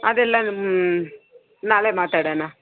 ಅದೆಲ್ಲ ನಾಳೆ ಮಾತಾಡೋಣ